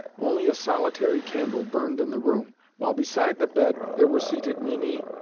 only a solitary candle burned in the room, while beside the bed there were seated mimi,